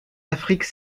afrique